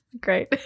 great